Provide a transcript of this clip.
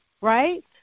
right